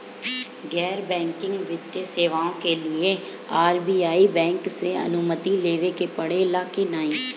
गैर बैंकिंग वित्तीय सेवाएं के लिए आर.बी.आई बैंक से अनुमती लेवे के पड़े ला की नाहीं?